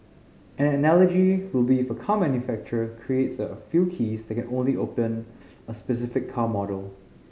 an analogy will be if a car manufacturer creates a few keys that can only open a specific car model